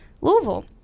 Louisville